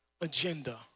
agenda